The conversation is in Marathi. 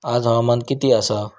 आज हवामान किती आसा?